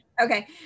Okay